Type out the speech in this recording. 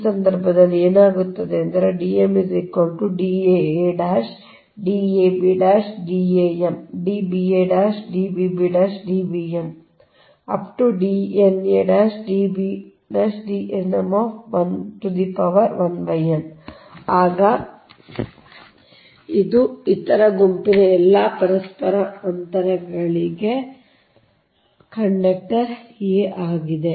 ಆ ಸಂದರ್ಭದಲ್ಲಿ ಏನಾಗುತ್ತದೆ ಎಂದರೆ ಆಗ ಇದು ಇತರ ಗುಂಪಿನ ಎಲ್ಲಾ ಪರಸ್ಪರ ಅಂತರಗಳಿಗೆ ಉಪ ಕಂಡಕ್ಟರ್ a ಆಗಿದೆ